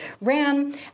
ran